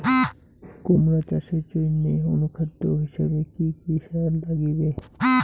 কুমড়া চাষের জইন্যে অনুখাদ্য হিসাবে কি কি সার লাগিবে?